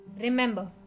Remember